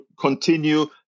continue